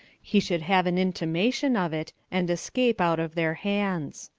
he should have an intimation of it, and escape out of their hands.